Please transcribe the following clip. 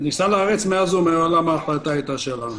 כניסה לארץ מאז ומעולם ההחלטה היתה שלנו.